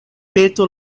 petu